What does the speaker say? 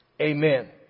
Amen